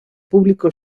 público